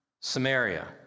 Samaria